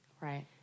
Right